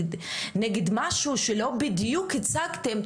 נגד משהו שלא בדיוק הצגתם,